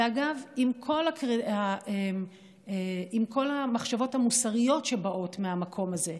ואגב, עם כל המחשבות המוסריות שבאות מהמקום הזה,